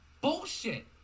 Bullshit